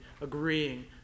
agreeing